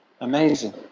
amazing